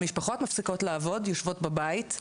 המשפחות מפסיקות לעבוד, יושבות בבית.